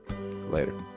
Later